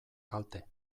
kalte